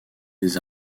des